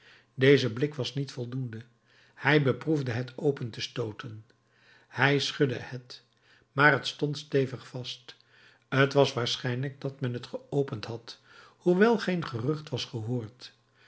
deze blik was niet voldoende hij beproefde het open te stooten hij schudde het maar het stond stevig vast t was waarschijnlijk dat men het geopend had hoewel geen gerucht was gehoord